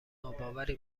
ناباوری